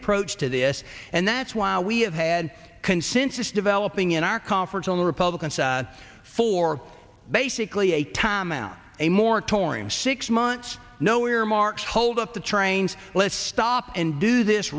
approach to this and that's why we have had consensus developing in our conference on the republican side for basically a time out a moratorium six months no earmarks hold up the trains let's stop and do this